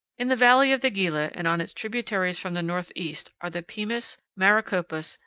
in the valley of the gila and on its tributaries from the northeast are the pimas, maricopas,